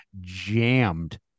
jammed